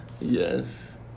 Yes